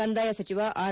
ಕಂದಾಯ ಸಚಿವ ಆರ್